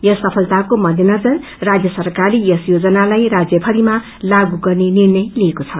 यस सफलताको मध्नजर राजय सरकारले यस योजनालाई राज्य भरिमा लागू गर्ने निर्णय लिएको छ